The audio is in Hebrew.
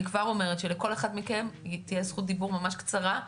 אני כבר אומרת שלכל אחד מכם תהיה זכות דיבור ממש קצרה,